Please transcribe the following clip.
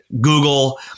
Google